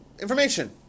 information